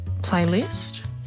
playlist